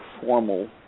formal